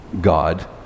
God